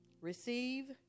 receive